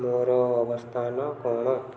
ମୋର ଅବସ୍ଥାନ କ'ଣ